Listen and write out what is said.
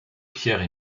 pierre